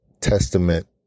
testament